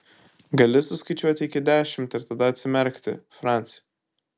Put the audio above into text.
gali suskaičiuoti iki dešimt ir tada atsimerkti franci